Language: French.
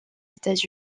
états